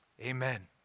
Amen